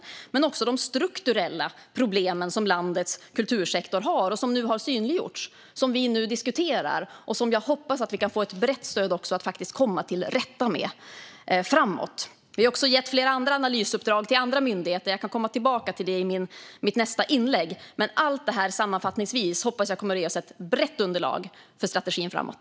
Det handlar också om de strukturella problem som landets kultursektor har och som har synliggjorts och som vi nu diskuterar och som jag hoppas att vi kan få ett brett stöd för att komma till rätta med. Vi har också gett flera andra analysuppdrag till andra myndigheter, och jag kan återkomma till det i mitt nästa inlägg. Sammanfattningsvis hoppas jag att allt detta kommer att ge oss ett brett underlag för strategin framåt.